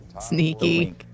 Sneaky